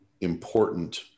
important